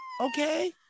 Okay